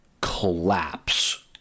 collapse